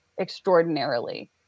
extraordinarily